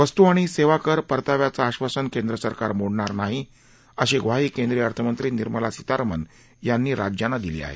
वस्तू आणि सेवा कर परताव्याचं आश्वासन केंद्र सरकार मोडणार नाही अशी ग्वाही केंद्रीय अर्थमंत्री निर्मला सीतारामन यांनी राज्यांना दिली आहे